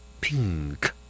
Pink